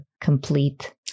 complete